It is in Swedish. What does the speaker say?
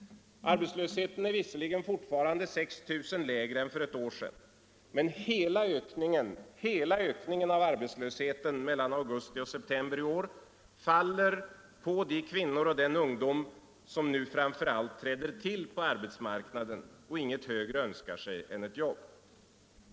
Arbetslösheten är visserligen fortfarande 6 000 lägre än för ett år sedan. Men hela ökningen av arbetslösheten mellan augusti och september i år faller på de kvinnor och den ungdom som nu framför allt träder till på arbetsmarknaden och som inget högre önskar än att få ett jobb.